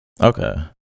Okay